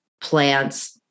plants